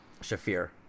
Shafir